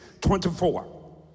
24